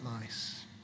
nice